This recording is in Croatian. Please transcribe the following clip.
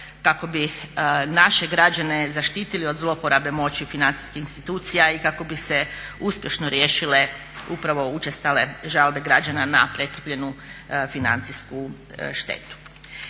kako bi naše građane zaštitili od zloporabe moći financijskih institucija i kako bi se uspješno riješile upravo učestale žalbe građana na pretrpljenu financijsku štetu.